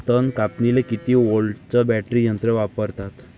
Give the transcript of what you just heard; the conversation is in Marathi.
तन कापनीले किती व्होल्टचं बॅटरी यंत्र वापरतात?